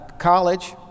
college